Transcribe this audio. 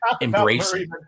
embracing